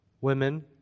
Women